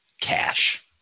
cash